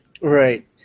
Right